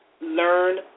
learn